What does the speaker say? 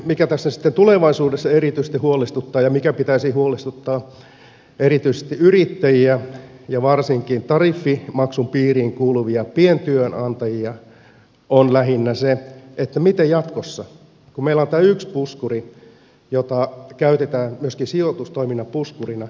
mikä tässä sitten tulevaisuudessa erityisesti huolestuttaa ja minkä pitäisi huolestuttaa erityisesti yrittäjiä ja varsinkin tariffimaksun piiriin kuuluvia pientyönantajia on lähinnä se miten on jatkossa kun meillä on tämä yksi puskuri jota käytetään myöskin sijoitustoiminnan puskurina